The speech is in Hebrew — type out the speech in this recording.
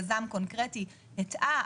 יזם קונקרטי הטעה,